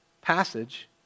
passage